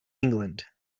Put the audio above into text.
england